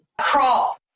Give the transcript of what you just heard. Crawl